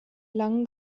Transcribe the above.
lang